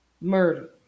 murder